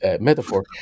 metaphor